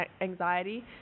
anxiety